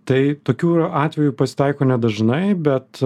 tai tokių atvejų pasitaiko nedažnai bet